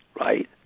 right